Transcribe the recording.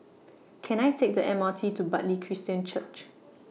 Can I Take The M R T to Bartley Christian Church